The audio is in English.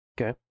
Okay